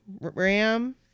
Ram